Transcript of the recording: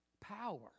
power